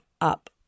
up